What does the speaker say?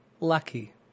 Lucky